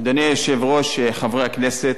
אדוני היושב-ראש, חברי הכנסת,